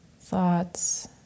thoughts